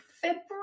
February